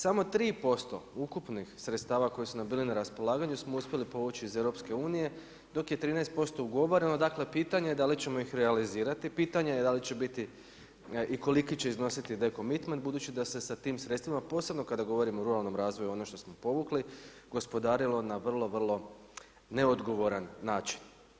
Samo 3% ukupnih sredstava koji su nam bili na raspolaganju smo uspjeli povuć iz EU dok je 13% ugovoreno, dakle pitanje je dali ćemo ih realizirati, pitanje je da li će biti i koliki će iznositi dekcommitment budući da se sa tim sredstvima, posebno kada govorim o ruralnom razvoju ono što smo povukli, gospodarilo na vrlo, vrlo neodgovoran način.